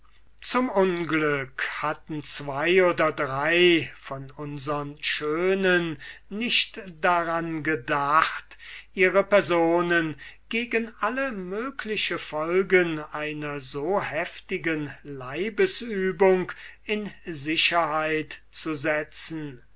zum unglück hatten zwo oder drei von unsern schönen nicht daran gedacht ihre personen gegen alle mögliche folgen einer so heftigen leibesübung in sicherheit zu setzen